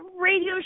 radio